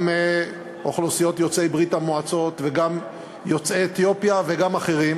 גם אוכלוסיות יוצאי ברית-המועצות וגם יוצאי אתיופיה וגם אחרים,